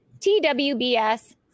TWBS